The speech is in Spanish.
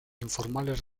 informales